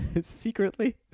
secretly